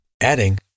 adding